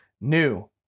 new